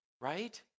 right